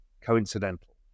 coincidental